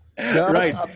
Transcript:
Right